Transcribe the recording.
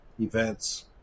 events